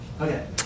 Okay